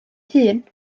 hun